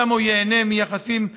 שם הוא ייהנה מיחסים טובים.